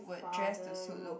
father road